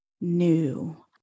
new